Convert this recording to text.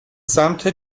سمت